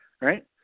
right